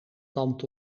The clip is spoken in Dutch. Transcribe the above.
tand